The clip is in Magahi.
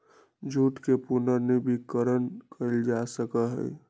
जूट के पुनर्नवीनीकरण कइल जा सका हई